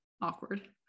awkward